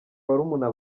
barumuna